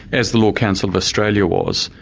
as the law council of australia was.